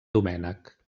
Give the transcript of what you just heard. domènec